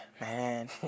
man